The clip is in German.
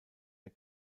der